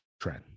trend